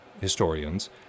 historians